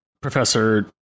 Professor